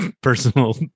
personal